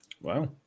Wow